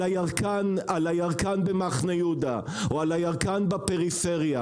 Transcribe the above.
על הירקן במחנה יהודה או על הירקן בפריפריה,